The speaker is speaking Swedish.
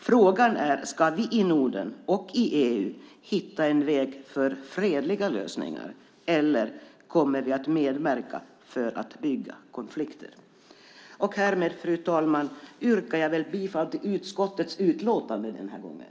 Frågan är om vi i Norden och i EU ska hitta en väg för fredliga lösningar eller om vi kommer att medverka till att bygga konflikter. Härmed, fru talman, yrkar jag bifall till utskottets förslag i utlåtandet.